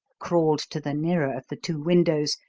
crawled to the nearer of the two windows,